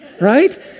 right